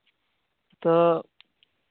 ᱛᱚ